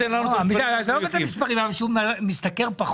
למה הוא משתכר פחות?